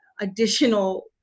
additional